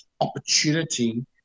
opportunity